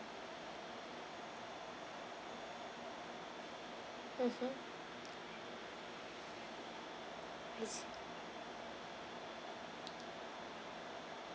mmhmm